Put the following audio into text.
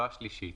לא השלישית.